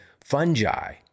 fungi